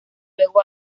luego